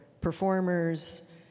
performers